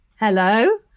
Hello